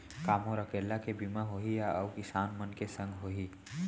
का मोर अकेल्ला के बीमा होही या अऊ किसान मन के संग होही?